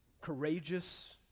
courageous